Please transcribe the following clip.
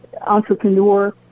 entrepreneur